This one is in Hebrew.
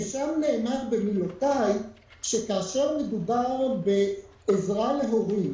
כאשר מדובר בעזרה להורים